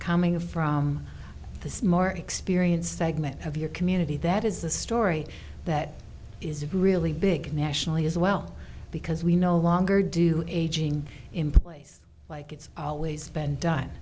coming from the more experienced segment of your community that is a story that is really big nationally as well because we no longer do aging in place like it's always been done